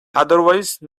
otherwise